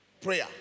prayer